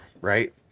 right